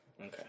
Okay